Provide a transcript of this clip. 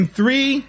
three